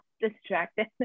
distracted